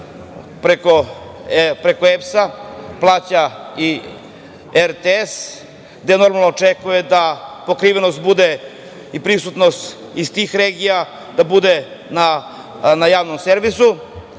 preko EPS-a plaća i RTS normalno da očekuje da pokrivenost i prisutnost iz tih regija da bude na javnom servisu